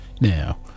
Now